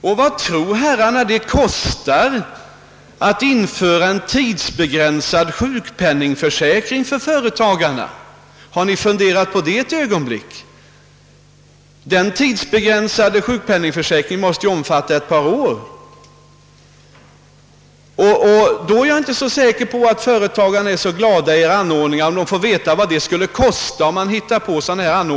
Och vad tror herrarna det skulle kosta att införa en tidsbegränsad sjukpenningförsäkring för företagarna? Har ni ett ögonblick funderat på den saken? Den tidsbegränsade sjukpenningförsäkringen måste ju omfatta ett par år. Jag är inte så säker på att företagarna skulle vara så glada åt edra anordningar om de fick veta vad de skulle kosta.